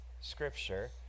scripture